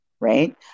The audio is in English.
right